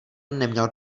neměl